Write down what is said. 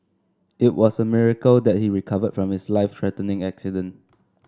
it was a miracle that he recovered from his life threatening accident